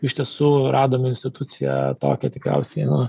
iš tiesų radom instituciją tokią tikriausiai nu